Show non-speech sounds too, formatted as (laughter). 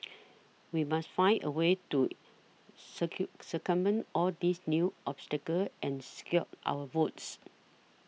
we must find a way to (unintelligible) circumvent all these new obstacles and secure our votes